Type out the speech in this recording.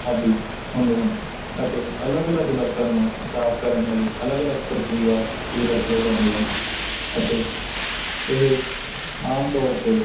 ਆਦਿ ਹੁੰਦੇ ਹਨ ਅਤੇ ਅਲੱਗ ਅਲੱਗ ਬਰਤਨ ਨੂੰ ਸਾਫ਼ ਕਰਨ ਲਈ ਅਲੱਗ ਅਲੱਗ ਪ੍ਰਕਿਰਿਆ ਹੀ ਵਰਤੀਆਂ ਜਾਂਦੀਆਂ ਹਨ ਅਤੇ ਇਹ ਆਮ ਤੌਰ 'ਤੇ